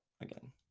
again